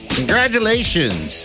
congratulations